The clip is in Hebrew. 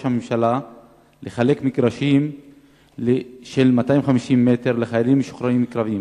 הממשלה לחלק מגרשים של 250 מטר לחיילים משוחררים קרביים